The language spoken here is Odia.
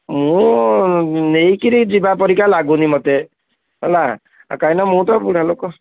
ମୁଁ ନେଇକରି ଯିବା ପରିକା ଲାଗୁନି ମୋତେ ହେଲା କାହିଁକିନା ମୁଁ ତ ବୁଢ଼ା ଲୋକ